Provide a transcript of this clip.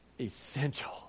essential